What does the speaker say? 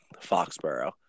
Foxborough